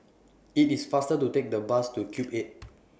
IT IS faster to Take The Bus to Cube eight